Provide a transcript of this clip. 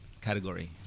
category